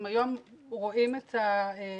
אם היום רואים את הפתרונות,